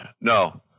No